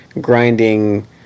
grinding